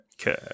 Okay